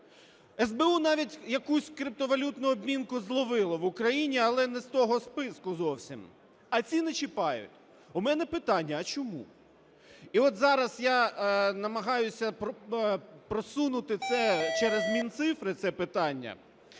СБУ навіть якусь криптовалютну обмінку зловила в Україні, але не з того списку зовсім, а ці не чіпають. У мене питання, а чому? І от зараз я намагаюся просунути це через Мінцифри, це питання.